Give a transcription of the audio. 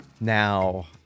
now